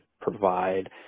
provide